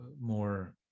more